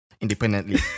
independently